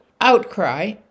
outcry